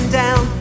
down